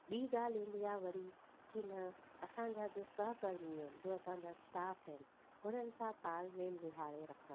ॿी ॻाल्हि ईंदी आहे वरी की न असांजा जो सहकर्मी आहिनि जो असांजा स्टाफ आहिनि उन्हनि सां तालमेल वीहारे रखणु